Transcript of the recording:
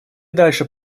дальше